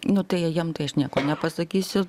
nu tai jiem tai aš nieko nepasakysiu